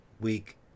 week